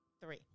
three